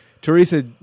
Teresa